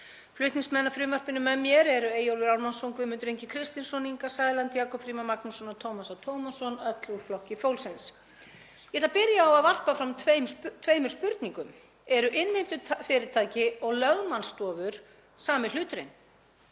Flutningsmenn að frumvarpinu með mér eru Eyjólfur Ármannsson, Guðmundur Ingi Kristinsson, Inga Sæland, Jakob Frímann Magnússon og Tómas A. Tómasson, öll úr Flokki fólksins. Ég ætla að byrja á að varpa fram tveimur spurningum: Eru innheimtufyrirtæki og lögmannsstofur sami hluturinn?